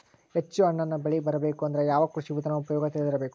ಹೆಚ್ಚು ಹಣ್ಣನ್ನ ಬೆಳಿ ಬರಬೇಕು ಅಂದ್ರ ಯಾವ ಕೃಷಿ ವಿಧಾನ ಉಪಯೋಗ ತಿಳಿದಿರಬೇಕು?